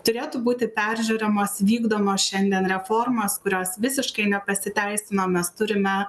turėtų būti peržiūrimos vykdomos šiandien reformos kurios visiškai nepasiteisino mes turime